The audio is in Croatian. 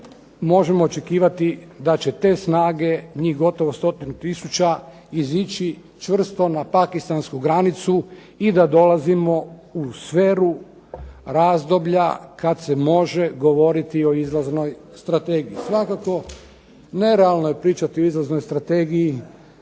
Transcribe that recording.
možemo očekivati da će te snage njih gotovo 100 tisuća izići čvrsto na Pakistansku granicu i da dolazimo u sferu razdoblja kada se može govoriti o izlaznoj strategiji. Svakako nerealno je pričati o izlaznoj strategiji